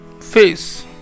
face